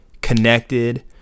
connected